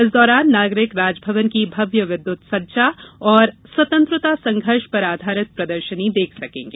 इस दौरान नागरिक राजभवन की भव्य विद्युत सज्जा और स्वतंत्रता संघर्ष पर आधारित प्रदर्शनी देख सकेंगे